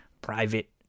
private